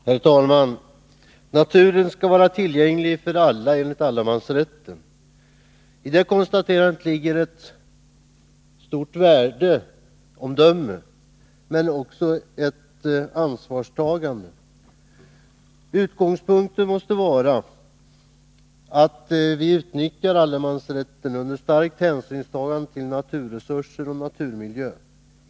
Herr talman! Naturen skall vara tillgänglig för alla enligt allemansrätten. I detta ligger ett stort värde men också ett stort ansvar. Utgångspunkten måste vara att utnyttja allemansrätten under starkt hänsynstagande till naturresurser och naturmiljö.